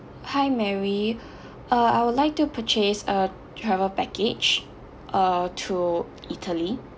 hi mary uh I would like to purchase a travel package uh to italy